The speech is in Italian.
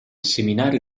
seminario